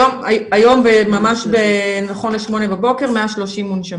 היום, ממש נכון לשמונה בבוקר 130 מונשמים.